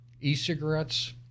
e-cigarettes